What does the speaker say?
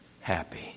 happy